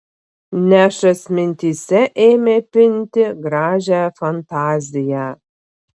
nešas mintyse ėmė pinti gražią fantaziją